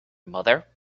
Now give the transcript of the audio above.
mother